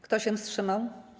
Kto się wstrzymał?